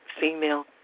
female